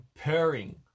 purring